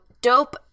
dope